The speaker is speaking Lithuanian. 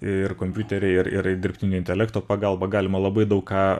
ir kompiuteriai ir ir dirbtinio intelekto pagalba galima labai daug ką